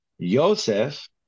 Joseph